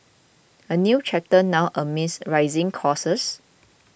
a new chapter now amid rising costs